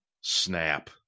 snap